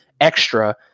extra